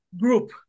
group